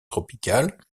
tropicale